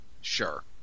sure